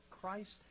Christ